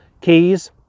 keys